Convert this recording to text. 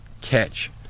catch